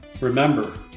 Remember